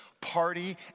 party